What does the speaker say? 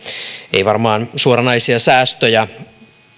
ei varmaan suoranaisia säästöjä